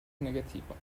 negativo